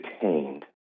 detained